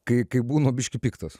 kai kai būnu biškį piktas